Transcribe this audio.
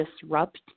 disrupt